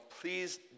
please